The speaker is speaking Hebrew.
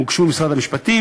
הן הוגשו למשרד המשפטים,